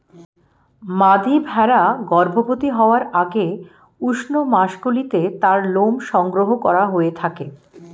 মাদী ভেড়া গর্ভবতী হওয়ার আগে উষ্ণ মাসগুলিতে তার লোম সংগ্রহ করা হয়ে থাকে